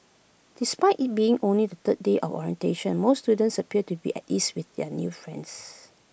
despite IT being only the third day of orientation most students appeared to be at ease with their new friends